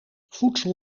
voedsel